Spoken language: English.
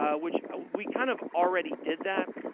ah which we kind of already did that,